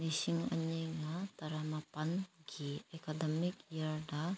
ꯂꯤꯁꯤꯡ ꯑꯅꯤꯒ ꯇꯔꯥ ꯃꯥꯄꯜꯒꯤ ꯑꯦꯀꯥꯗꯃꯤꯛ ꯏꯌꯔꯗ